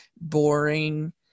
boring